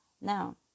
Now